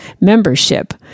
membership